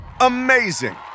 Amazing